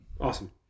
awesome